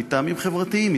מטעמים חברתיים,